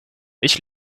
ich